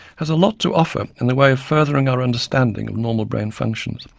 has a lot to offer in the way of furthering our understanding of normal brain function,